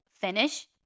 finish